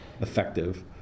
effective